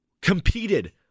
competed